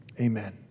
Amen